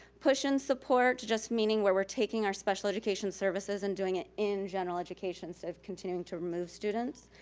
push-in support, just meaning where we're taking our special education services and doing it in general education so continuing to move students.